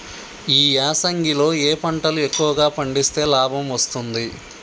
ఈ యాసంగి లో ఏ పంటలు ఎక్కువగా పండిస్తే లాభం వస్తుంది?